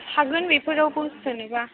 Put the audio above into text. थागोन बेफोरावबो जेनेबा